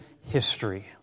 history